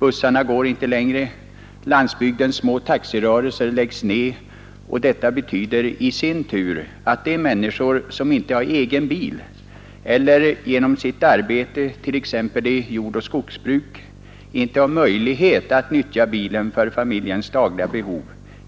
Bussarna går inte längre, landsbygdens små taxirörelser läggs ned, och detta betyder i sin tur att de människor som inte har egen bil eller som genom sitt arbete i t.ex. jordoch skogsbruk inte har möjlighet att nyttja bilen för familjens dagliga behov